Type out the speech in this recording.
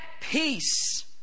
peace